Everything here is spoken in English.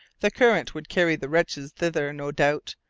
the current would carry the wretches thither, no doubt,